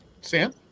Sam